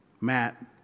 Matt